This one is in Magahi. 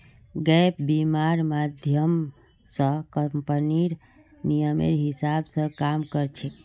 गैप बीमा र माध्यम स कम्पनीर नियमेर हिसा ब काम कर छेक